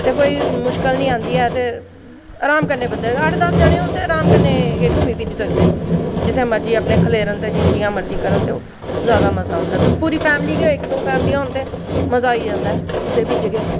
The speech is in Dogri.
ते कोई मुश्कल निं आंदी ऐ ते अराम कन्नै अट्ठ दस्स बंदे होन ते अराम कन्नै घुम्मी फिरी सकदे न ते जित्थें मरजी खलेरन ते जि'यां मरजी करन ते पूरी फैमिली गै इक्क दो फैमिली होऐ ते मज़ा आई जंदा ऐ कुतै बी जगह